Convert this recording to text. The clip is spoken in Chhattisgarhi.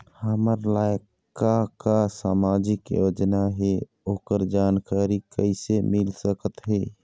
हमर लायक का का सामाजिक योजना हे, ओकर जानकारी कइसे मील सकत हे?